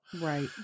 right